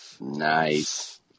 nice